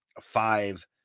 five